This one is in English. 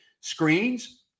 screens